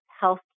health